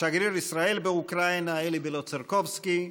שגריר ישראל באוקראינה אלי בלוצרקובסקי,